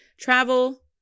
travel